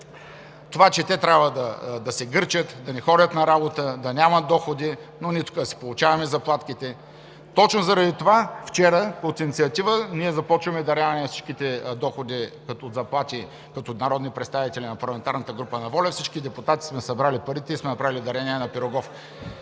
това че те трябва да се гърчат, да не ходят на работа, да нямат доходи, но ние тук да си получаваме заплатките. Точно заради това вчера по инициатива ние започваме да даряваме всичките доходи като заплати, като народни представители от парламентарната група на ВОЛЯ, всички депутати сме събрали парите и сме направили дарение на „Пирогов“.